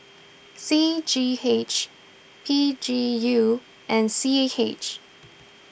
C G H P G U and C H A G